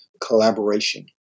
collaboration